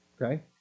Okay